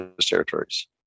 Territories